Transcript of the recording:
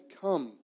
Come